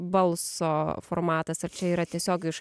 balso formatas ar čia yra tiesiog iš